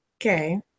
Okay